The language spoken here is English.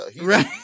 Right